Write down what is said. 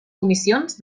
comissions